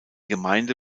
gemeinde